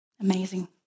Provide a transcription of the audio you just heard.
Amazing